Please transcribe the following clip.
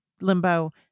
limbo